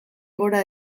gora